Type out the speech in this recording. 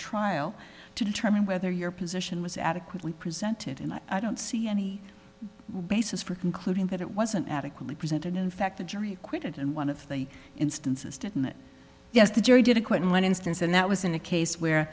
trial to determine whether your position was adequately presented and i don't see any basis for concluding that it wasn't adequately presented in fact the jury acquitted and one of the instances didn't yes the jury did acquit and one instance and that was in a case where